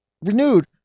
renewed